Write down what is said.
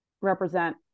represent